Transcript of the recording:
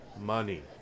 money